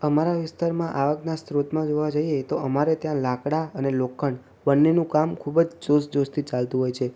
અમારા વિસ્તારમાં આવકના સ્ત્રોતમાં જોવા જઈએ તો અમારે ત્યાં લાકડાં અને લોખંડ બંનેનું કામ ખૂબ જ જોસ જોસથી ચાલતું હોય છે